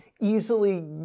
easily